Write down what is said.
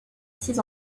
six